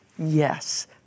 yes